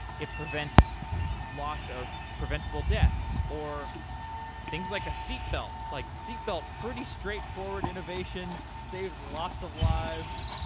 it prevents lots of preventable deaths, or things like a seatbelt. like seatbelt, pretty straightforward innovation, saves lots of lives,